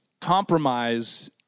Compromise